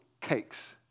cakes